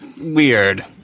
weird